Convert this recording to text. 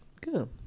Good